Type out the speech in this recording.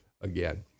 again